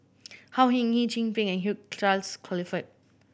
Au Hing Yee Chin Peng and Hugh Charles Clifford